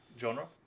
genre